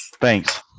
Thanks